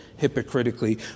hypocritically